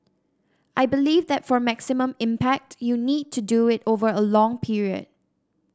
I believe that for maximum impact you need to do it over a long period